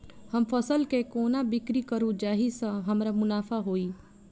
हम फसल केँ कोना बिक्री करू जाहि सँ हमरा मुनाफा होइ?